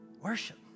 Worship